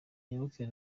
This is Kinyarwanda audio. muyoboke